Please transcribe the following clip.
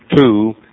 two